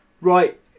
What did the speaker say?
Right